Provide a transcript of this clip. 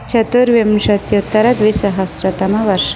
चतुर्विशत्युत्तरद्विसहस्रतमवर्षः